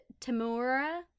Tamura